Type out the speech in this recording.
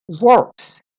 works